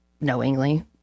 knowingly